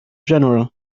general